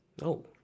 no